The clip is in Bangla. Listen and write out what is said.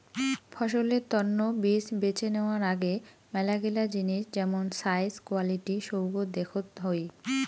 ফসলের তন্ন বীজ বেছে নেওয়ার আগে মেলাগিলা জিনিস যেমন সাইজ, কোয়ালিটি সৌগ দেখত হই